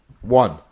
One